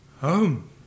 home